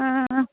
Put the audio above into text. ହଁ ହଁ